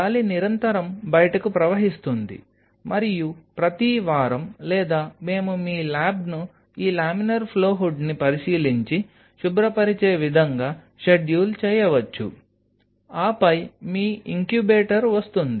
గాలి నిరంతరం బయటకు ప్రవహిస్తుంది మరియు ప్రతి వారం లేదా మేము మీ ల్యాబ్ను ఈ లామినార్ ఫ్లో హుడ్ని పరిశీలించి శుభ్రపరిచే విధంగా షెడ్యూల్ చేయవచ్చు ఆపై మీ ఇంక్యుబేటర్ వస్తుంది